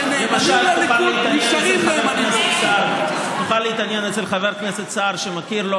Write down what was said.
שבגלל האצבע שלי המדינה הזאת הלכה לבחירות וציפי לבני לא